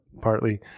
partly